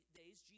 days